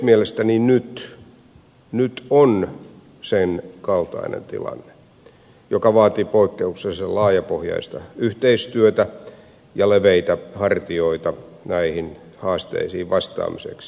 mielestäni nyt on sen kaltainen tilanne joka vaatii poikkeuksellisen laajapohjaista yhteistyötä ja leveitä hartioita näihin haasteisiin vastaamiseksi